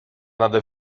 nade